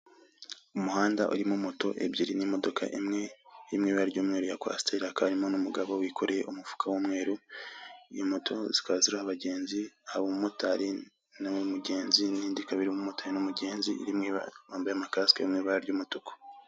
Umuhanda uri moto ebyiri n'imondoka imwe, iri mu ibara ry'umweru ya kwasiteri. Hakaba harimo n'umugabo wikoreye umufuka w'umweru, izo moto zikqba ziriho abagenzi, imwe ikaba iriho umumotari n'umugenzi, Nindi umumotari n'umugenzi bambaye kasike, ziri mu ibara ry'umutuku.